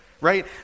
right